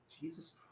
Jesus